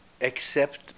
accept